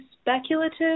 speculative